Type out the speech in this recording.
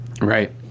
Right